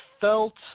felt